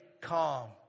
calm